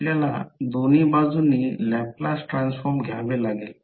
आपल्याला दोन्ही बाजूंनी लॅपलास ट्रान्सफॉर्म घ्यावे लागेल